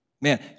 Man